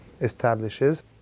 establishes